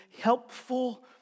helpful